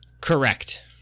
correct